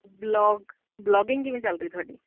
vlog vlogging ਕਿਵੇਂ ਚੱਲ ਰਹੀ ਤੁਹਾਡੀ